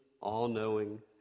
all-knowing